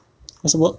为什么